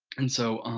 and so